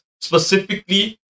specifically